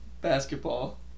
basketball